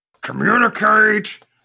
communicate